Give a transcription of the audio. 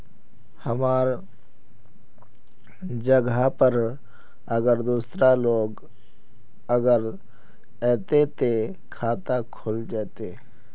हमर जगह पर अगर दूसरा लोग अगर ऐते ते खाता खुल जते?